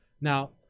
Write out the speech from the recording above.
Now